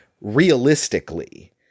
realistically